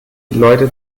leute